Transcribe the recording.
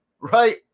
Right